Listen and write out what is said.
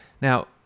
Now